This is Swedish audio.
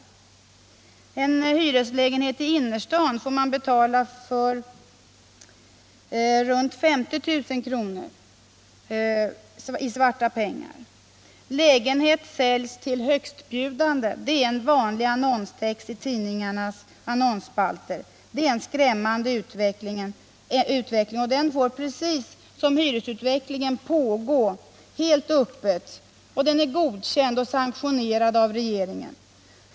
För en hyreslägenhet i innerstaden får man betala runt 50 000 kr. i svarta pengar. ”Lägenhet säljs till högstbjudande” är en vanlig annonstext i tidningarnas bostadsannonsspalter. Det är en skrämmande utveckling, och den får, precis som hyresutvecklingen, pågå helt öppet, och den är dessutom godkänd och sanktionerad av regeringen.